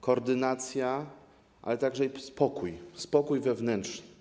Koordynacja, ale także spokój, spokój wewnętrzny.